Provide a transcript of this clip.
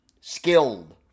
skilled